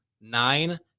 nine